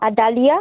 আর dahlia